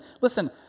Listen